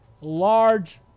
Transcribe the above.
large